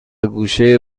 گوشه